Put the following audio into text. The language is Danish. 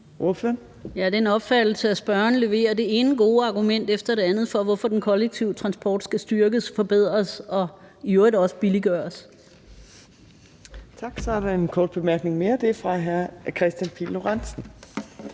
er af den opfattelse, at spørgeren leverer det ene gode argument efter det andet for, hvorfor den kollektive transport skal styrkes, forbedres og i øvrigt også billiggøres.